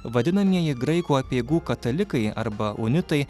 vadinamieji graikų apeigų katalikai arba unitai